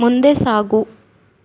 ಮುಂದೆ ಸಾಗು